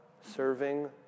serving